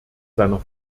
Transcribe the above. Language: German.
seiner